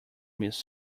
miss